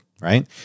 right